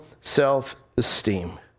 self-esteem